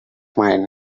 mine